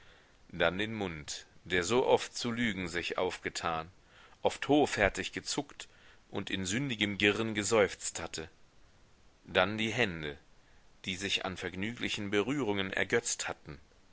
dann den mund der so oft zu lügen sich aufgetan oft hoffärtig gezuckt und in sündigem girren geseufzt hatte dann die hände die sich an vergnüglichen berührungen ergötzt hatten